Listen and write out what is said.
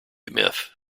myth